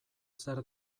zer